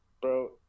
bro